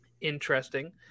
interesting